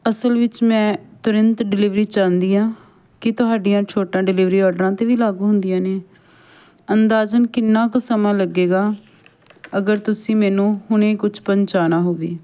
ਅਸਲ ਵਿੱਚ ਮੈਂ ਤੁਰੰਤ ਡਿਲੀਵਰੀ ਵੀ ਚਾਹੁੰਦੀ ਹਾਂ ਕੀ ਤੁਹਾਡੀਆਂ ਛੋਟਾਂ ਡਿਲੀਵਰੀ ਔਡਰਾਂ 'ਤੇ ਵੀ ਲਾਗੂ ਹੁੰਦੀਆਂ ਨੇ ਅੰਦਾਜ਼ਨ ਕਿੰਨਾ ਕੁ ਸਮਾਂ ਲੱਗੇਗਾ ਅਗਰ ਤੁਸੀਂ ਮੈਨੂੰ ਹੁਣੇ ਕੁਛ ਪਹੁੰਚਾਉਣਾ ਹੋਵੇ